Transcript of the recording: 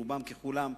רובם ככולם,